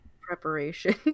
Preparation